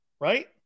Right